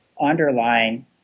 underlying